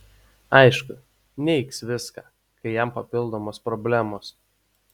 aišku neigs viską kam jai papildomos problemos